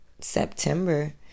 September